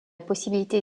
possibilité